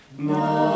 No